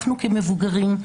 אנחנו כמבוגרים,